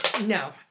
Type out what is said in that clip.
No